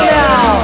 now